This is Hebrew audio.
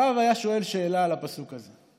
הרב היה שואל שאלה על הפסוק הזה: